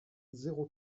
zéro